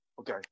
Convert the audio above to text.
Okay